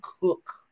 cook